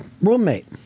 roommate